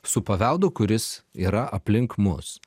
su paveldu kuris yra aplink mus